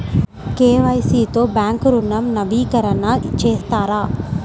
KYC తో bank ఋణం నవీకరణ చేస్తారా?